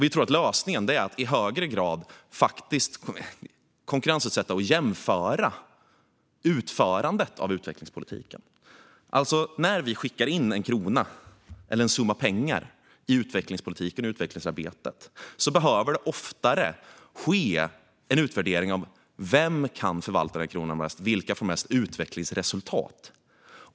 Vi tror att lösningen är att i högre grad konkurrensutsätta och jämföra utförandet av utvecklingspolitiken. När vi skickar in en krona eller en summa pengar i utvecklingspolitiken och utvecklingsarbetet behöver det oftare ske en utvärdering av vem som kan förvalta den kronan bäst och få bäst utvecklingsresultat.